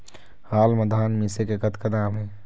हाल मा धान मिसे के कतका दाम हे?